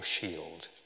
shield